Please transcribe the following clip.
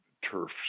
Turf